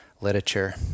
literature